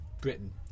Britain